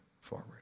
forward